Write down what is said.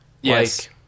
Yes